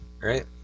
right